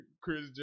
Chris